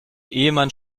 ehemann